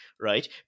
Right